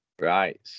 Right